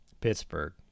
Pittsburgh